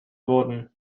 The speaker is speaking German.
wurden